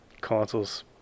Consoles